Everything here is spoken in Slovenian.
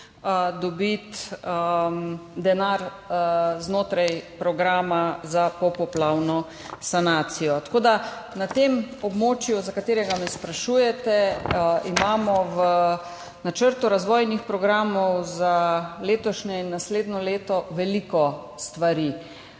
dobiti denar znotraj programa za popoplavno sanacijo. Na tem območju, za katero me sprašujete, imamo v načrtu razvojnih programov za letošnje in naslednje leto veliko stvari,